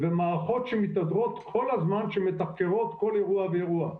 ובמערכות שמתהדרות כל הזמן שמתחקרות כל אירוע ואירוע.